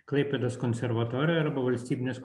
klaipėdos konservatorijoj arba valstybinės